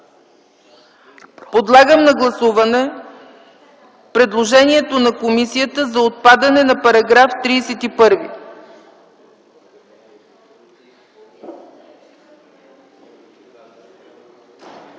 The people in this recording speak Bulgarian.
подлагам на гласуване предложението на комисията за отпадане на § 31.